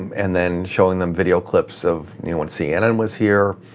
and then showing them video clips of when cnn was here,